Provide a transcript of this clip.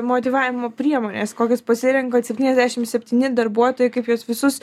motyvavimo priemones kokias pasirenkat septyniasdešimt septyni darbuotojai kaip juos visus